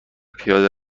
پیاده